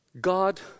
God